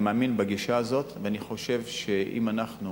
אני מאמין בגישה הזאת, ואני חושב שאם אנחנו